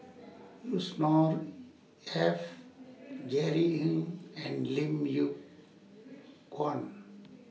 Yusnor Ef Jerry Ng and Lim Yew Kuan